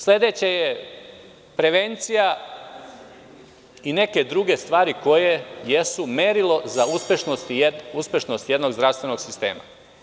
Sledeće je prevencija i neke druge stvari koje jesu merilo za uspešnost jednog zdravstvenog sistema.